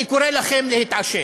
אני קורא לכם להתעשת.